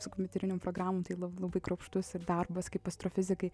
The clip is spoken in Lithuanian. su kompiuterinėm programom tai labai kruopštus ir darbas kaip astrofizikai